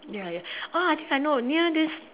ya ya ah I think near this